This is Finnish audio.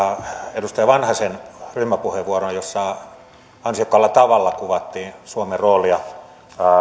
edustaja vanhasen ryhmäpuheenvuoron jossa ansiokkaalla tavalla kuvattiin suomen roolia